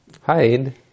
Hide